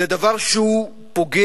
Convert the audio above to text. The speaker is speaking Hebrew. זה דבר שהוא פוגע.